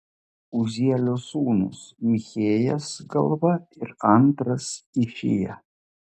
uzielio sūnūs michėjas galva ir antras išija